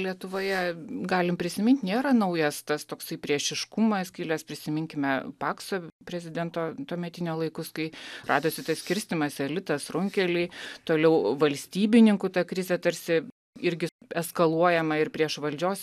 lietuvoje galim prisimint nėra naujas tas toksai priešiškumas kilęs prisiminkime pakso prezidento tuometinio laikus kai radosi tas skirstymas elitas runkeliai toliau valstybininkų ta krizė tarsi irgi eskaluojama ir prieš valdžios